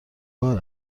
بار